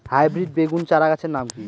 Hybrid বেগুন চারাগাছের নাম কি?